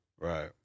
Right